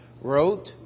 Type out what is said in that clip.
wrote